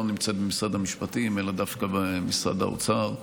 לא נמצאת במשרד המשפטים אלא דווקא במשרד האוצר.